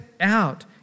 out